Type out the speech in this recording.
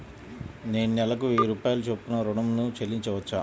నేను నెలకు వెయ్యి రూపాయల చొప్పున ఋణం ను చెల్లించవచ్చా?